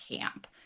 camp